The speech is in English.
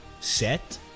set